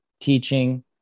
teaching